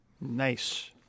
nice